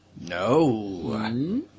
No